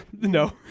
No